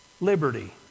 liberty